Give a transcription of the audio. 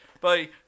Bye